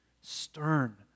stern